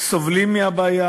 סובלים מהבעיה.